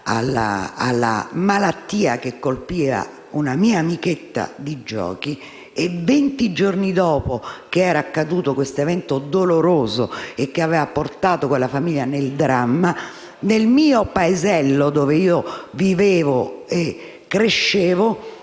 alla malattia che colpì una mia amichetta di giochi. Venti giorni dopo questo evento doloroso che aveva portato quella famiglia nel dramma, nel paesello dove vivevo e crescevo